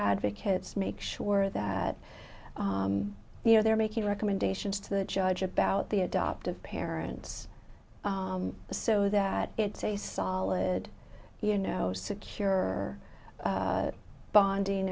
advocates make sure that you know they're making recommendations to the judge about the adoptive parents so that it's a solid you know secure bonding